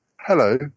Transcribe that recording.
Hello